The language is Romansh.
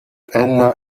ella